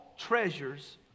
Treasures